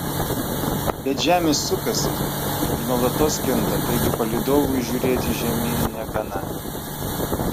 bet žemė sukasi ir nuolatos kinta taigi palydovui žiūrėti žemyn negana